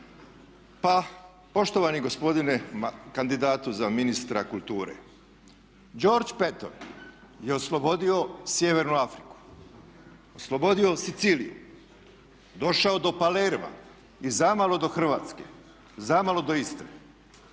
Pa poštovani gospodine kandidatu za ministra kulture, Georg Peton je oslobodio sjevernu Afriku, oslobodio Siciliju, došao do Palerma i zamalo do Hrvatske, zamalo do Istre.